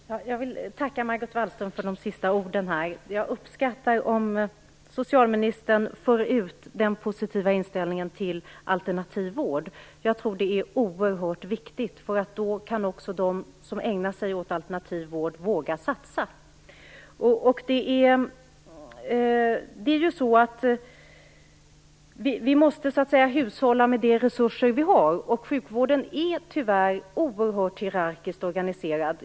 Fru talman! Jag vill tacka Margot Wallström för de senaste orden. Jag uppskattar att socialministern för ut en positiv inställning till alternativ vård. Jag tror att det är oerhört viktigt. Då kan också de som ägnar sig åt alternativ vård våga satsa. Vi måste hushålla med de resurser vi har. Sjukvården är tyvärr oerhört hierarkiskt organiserad.